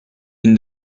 bin